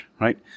right